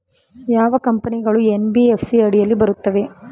ಯಾವ ಕಂಪನಿಗಳು ಎನ್.ಬಿ.ಎಫ್.ಸಿ ಅಡಿಯಲ್ಲಿ ಬರುತ್ತವೆ?